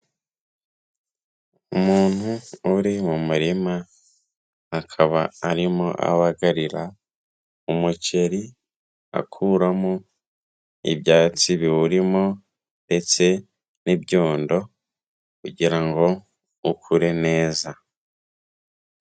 Umuntu uri mu murima akaba arimo abagarira umuceri akuramo ibyatsi biwurimo ndetse n'ibyondo kugira ngo ukure neza.